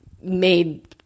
made